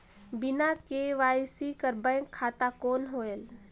बिना के.वाई.सी कर बैंक खाता कौन होएल?